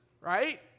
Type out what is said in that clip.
Right